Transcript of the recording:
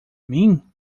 mim